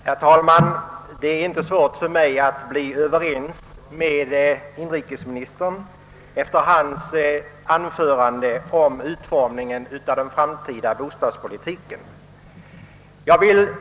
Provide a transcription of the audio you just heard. Herr talman! Det är inte svårt för mig att bli överens med inrikesministern efter hans anförande om utformningen av den framtida bostadspolitiken.